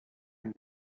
and